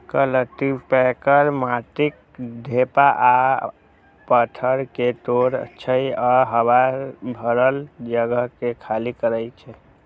cultipacker माटिक ढेपा आ पाथर कें तोड़ै छै आ हवा सं भरल जगह कें खाली करै छै